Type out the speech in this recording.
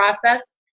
process